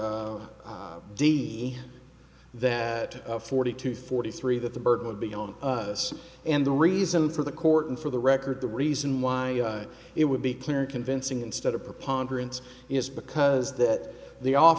d that forty two forty three that the bird would be on us and the reason for the court and for the record the reason why it would be clear convincing instead of preponderance is because that the off